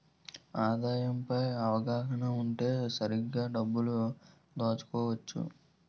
ఆదాయం పై అవగాహన ఉంటే సరిగ్గా డబ్బు దాచుకోవచ్చు